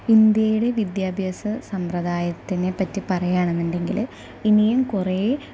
ഇന്ത്യയുടെ വിദ്യാഭ്യാസ സമ്പ്രദായത്തിനെപ്പറ്റി പറയുകയാണെന്നുണ്ടെങ്കിൽ ഇനിയും കുറേ